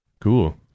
Cool